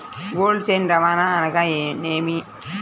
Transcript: Cold chain రవాణా అనగా నేమి?